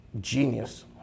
genius